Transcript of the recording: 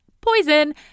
poison